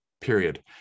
period